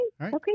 Okay